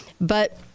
But-